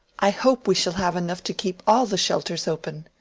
i hope we shall have enough to keep all the shelters open.